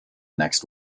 next